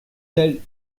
tels